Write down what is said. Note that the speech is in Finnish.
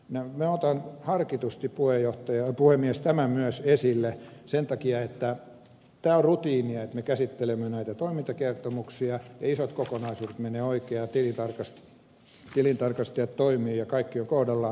minä otan harkitusti puhemies tämän esille myös sen takia että tämä on rutiinia että me käsittelemme näitä toimintakertomuksia isot kokonaisuudet menevät oikein ja tilintarkastajat toimivat ja kaikki on kohdallaan